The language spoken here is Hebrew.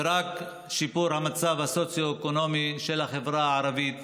רק שיפור המצב הסוציו-אקונומי של החברה הערבית